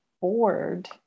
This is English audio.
bored